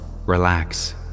relax